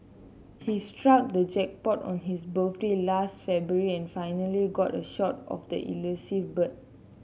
he struck the jackpot on his birthday last February and finally got a shot of the elusive bird